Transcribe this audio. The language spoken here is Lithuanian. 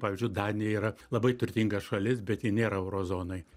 pavyzdžiui danija yra labai turtinga šalis bet ji nėra euro zonoj